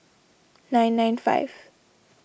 nine nine five